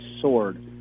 sword